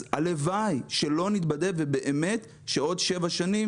הלוואי שלא נתבדה ובאמת בעוד שבע שנים